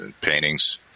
paintings